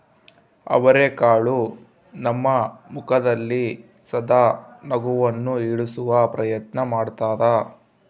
ಅವರೆಕಾಳು ನಿಮ್ಮ ಮುಖದಲ್ಲಿ ಸದಾ ನಗುವನ್ನು ಇರಿಸುವ ಪ್ರಯತ್ನ ಮಾಡ್ತಾದ